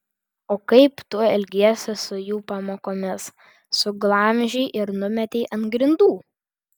o kaip tu elgiesi su jų pamokomis suglamžei ir numetei ant grindų